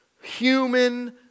human